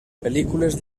pel·lícules